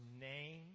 name